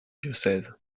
diocèse